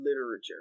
literature